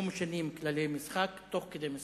לא משנים כללי משחק תוך כדי משחק,